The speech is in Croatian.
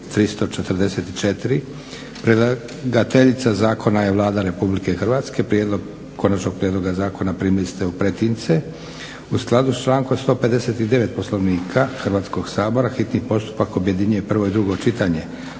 344; Predlagateljica zakona je Vlada Republike Hrvatske. Prijedlog konačnog prijedloga zakona primili ste u pretince. U skladu sa člankom 159. Poslovnika Hrvatskoga sabora, hitni postupak objedinjuje prvo i drugo čitanje.